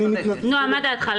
נועם, מה דעתך?